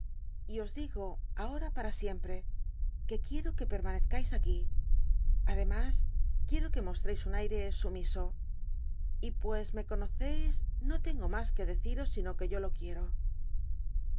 y os digo ahora r rua siempre que c uico que pcrmanczcais aquí adcmas quieo que moslrcis un aire sumiso y pues me conoceis no tengo nadtt mas que clccilos sino que yo lo quiero